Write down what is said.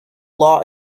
law